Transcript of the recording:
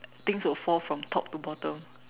things will fall from top to bottom